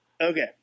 Okay